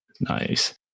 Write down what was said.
Nice